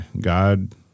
God